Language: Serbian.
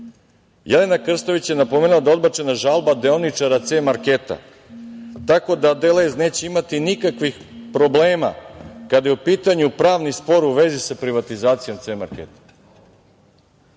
Srbiji. Jelena Krstović je napomenula da je odbačena žalba deoničara „C-marketa“ tako da „Delez“ neće imati nikakvih problema kada je u pitanju pravni spor u vezi sa privatizacijom „C-marketa“.